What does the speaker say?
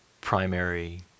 primary